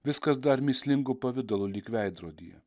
viskas dar mįslingu pavidalu lyg veidrodyje